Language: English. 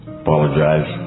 apologize